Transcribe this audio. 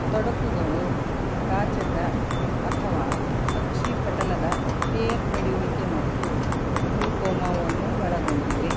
ತೊಡಕುಗಳು ಕಾಚಕ ಅಥವಾ ಅಕ್ಷಿಪಟಲದ ಬೇರ್ಪಡುವಿಕೆ ಮತ್ತು ಗ್ಲುಕೋಮಾವನ್ನು ಒಳಗೊಂಡಿವೆ